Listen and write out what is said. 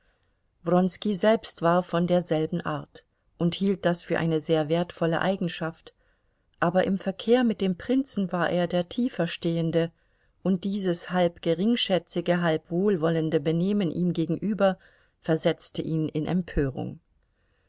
selbst war von derselben art und hielt das für eine sehr wertvolle eigenschaft aber im verkehr mit dem prinzen war er der tieferstehende und dieses halb geringschätzige halb wohlwollende benehmen ihm gegenüber versetzte ihn in empörung